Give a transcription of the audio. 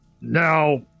Now